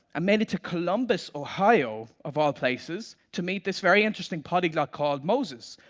i made it to columbus, ohio, of all places, to meet this very interesting polyglot called moses,